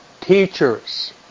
teachers